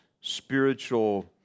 spiritual